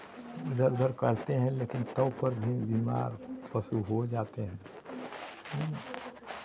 इधर उधर करते हैं लेकिन तब पर भी बीमार पशु हो जाते हैं